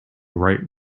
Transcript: write